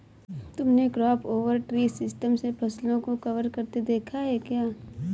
तुमने crop over tree system से फसलों को कवर करते देखा है क्या?